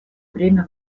бремя